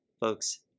folks